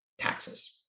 taxes